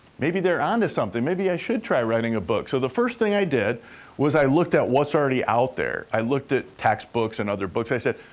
maybe they're onto something. maybe i should try writing a book. so, the first thing i did was i looked at what's already out there. i looked at textbooks and other books. i said,